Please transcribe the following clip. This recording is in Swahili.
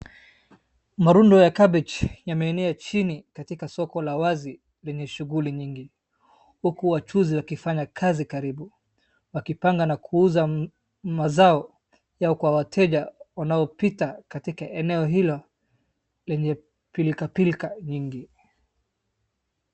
Marundo ya cabbage yameenea chini katika soko la wazi lenye shughuli nyingi, huku wachuuzi wakifanya kazi karibu. Wakipanga na kuuza mazao yao kwa wateja wanaopita katika eneo hilo lenye pilkapilka nyingi.